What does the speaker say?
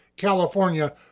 California